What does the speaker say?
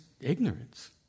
ignorance